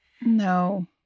No